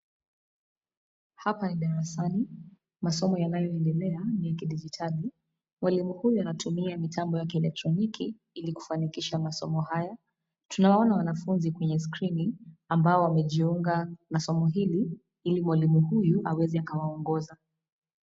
Hapa ni darasani. Masomo yanayoendelea, ni ya kidijitali. Mwalimu huyu anatumia mitambo ya kieletroniki ili kufanikisha masomo haya. Tunawaona wanafunzi kwenye skrini, ambao wamejiunga na somo hili, ili mwalimu huyu aweze akawaongoza.